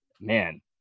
man